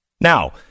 Now